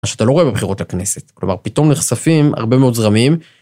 מה שאתה לא רואה בבחירות לכנסת. כלומר, פתאום נחשפים הרבה מאוד זרמים.